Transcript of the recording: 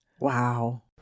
Wow